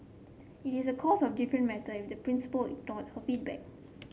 it is a course of different matter if the principal ignored her feedback